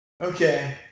Okay